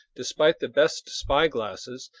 despite the best spyglasses,